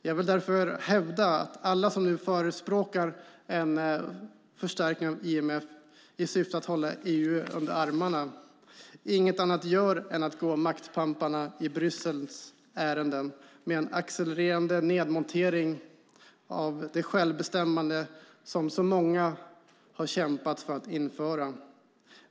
Jag vill därför hävda att alla som nu förespråkar en förstärkning av IMF i syfte att hålla EU under armarna inget annat gör än att gå Bryssels maktpampars ärenden med en accelererande nedmontering av det självbestämmande så många har kämpat för att införa.